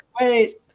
Wait